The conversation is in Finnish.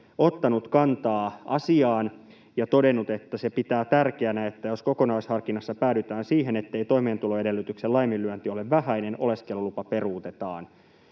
ottanut kantaa asiaan ja todennut, että se pitää tärkeänä, että jos kokonaisharkinnassa päädytään siihen, ettei toimeentuloedellytyksen laiminlyönti ole vähäinen, oleskelulupa peruutetaan.